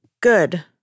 Good